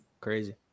crazy